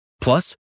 Plus